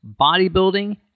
bodybuilding